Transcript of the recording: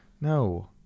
No